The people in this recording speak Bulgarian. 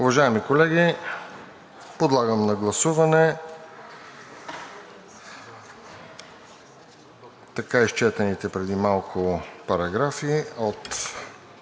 Уважаеми колеги, подлагам на гласуване така изчетените преди малко параграфи от